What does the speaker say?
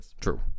true